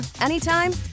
anytime